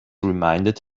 reminded